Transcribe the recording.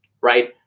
right